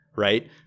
right